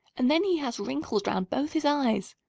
and then he has wrinkles round both his eyes.